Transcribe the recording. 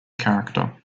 character